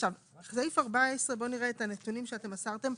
סעיף 14, בוא נראה את הנתונים שאתם מסרתם.